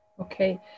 Okay